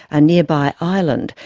a nearby island,